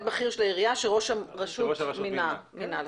בכיר של העירייה שראש הרשות מינה לכך.